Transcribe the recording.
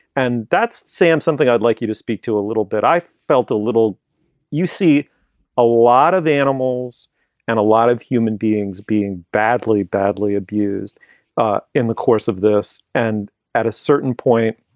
and that's sam, something i'd like you to speak to a little bit. i felt a little you see a lot of animals and a lot of human beings being badly, badly abused in the course of this and at a certain point,